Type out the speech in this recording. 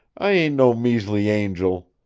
i ain't no measly angel.